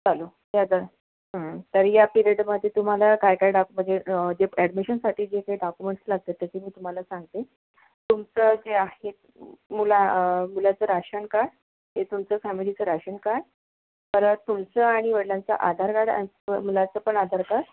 चालू तर तर या पीरियडमध्ये तुम्हाला काय काय डाक म्हणजे जे ॲडमिशनसाठी जे जे डाक्युमेंट्स लागतात त्याची मी तुम्हाला सांगते तुमचं जे आहे मुला मुलाचं राशन कार्ड ते तुमचं सामूहिक राशन कार्ड तर तुमचं आणि वडिलांचं आधार कार्ड आणि मुलाचं पण आधार कार्ड